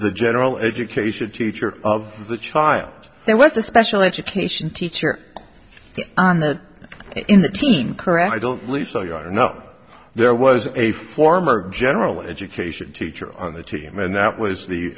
the general education teacher of the child there was a special education teacher in the teen corral i don't believe so ya know there was a former general education teacher on the team and that was